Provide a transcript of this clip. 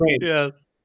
yes